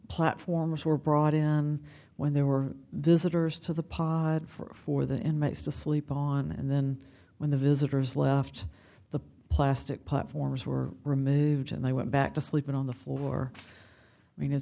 platform which were brought in when there were visitors to the pod for for the inmates to sleep on and then when the visitors left the plastic platforms were removed and they went back to sleeping on the floor i mean is